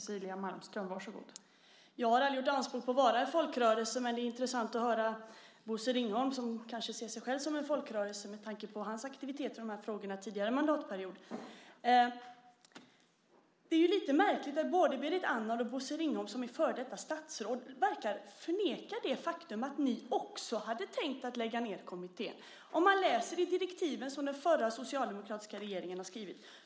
Fru talman! Jag har aldrig gjort anspråk på att vara en folkrörelse. Men det är intressant att höra Bosse Ringholm, som kanske ser sig själv som en folkrörelse, med tanke på hans aktivitet i de här frågorna tidigare mandatperiod. Det är lite märkligt att både Berit Andnor och Bosse Ringholm, som är före detta statsråd, verkar förneka det faktum att ni också hade tänkt lägga ned kommittén. Man kan läsa i direktiven som den förra socialdemokratiska regeringen har skrivit.